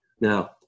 Now